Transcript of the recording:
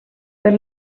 per